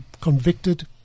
convicted